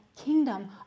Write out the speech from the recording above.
kingdom